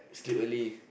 sleep early